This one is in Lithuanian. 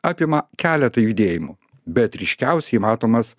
apima keletą judėjimų bet ryškiausiai matomas